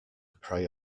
prey